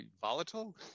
volatile